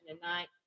tonight